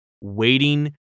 waiting